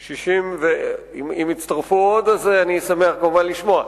64. 65. אם הצטרפו עוד, אני שמח כמובן לשמוע.